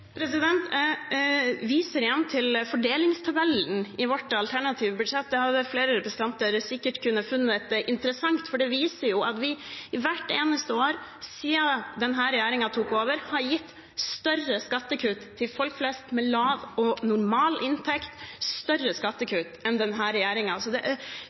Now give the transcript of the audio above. Jeg viser igjen til fordelingstabellen i vårt alternative budsjett. Det hadde flere representanter sikkert funnet interessant, for det viser at vi hvert eneste år siden denne regjeringen tok over, har gitt større skattekutt til folk flest med lav og normal inntekt, større skattekutt enn denne regjeringen. Det er